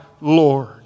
Lord